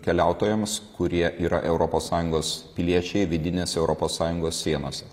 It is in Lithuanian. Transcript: keliautojams kurie yra europos sąjungos piliečiai vidinės europos sąjungos sienos